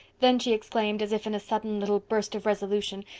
then she exclaimed, as if in a sudden little burst of resolution,